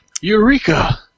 Eureka